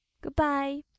Goodbye